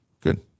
Good